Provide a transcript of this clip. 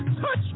Touch